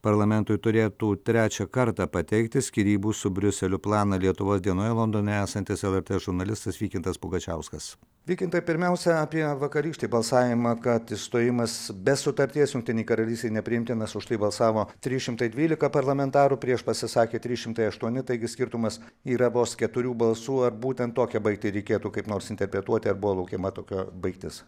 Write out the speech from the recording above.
parlamentui turėtų trečią kartą pateikti skyrybų su briuseliu planą lietuvos dienoje londone esantis lrt žurnalistas vykintas pugačiauskas vykintai pirmiausia apie vakarykštį balsavimą kad išstojimas be sutarties jungtinei karalystei nepriimtinas už tai balsavo trys šimtai dvylika parlamentarų prieš pasisakė trys šimtai aštuoni taigi skirtumas yra vos keturių balsų ar būtent tokią baigtį reikėtų kaip nors interpretuoti ar buvo laukiama tokia baigtis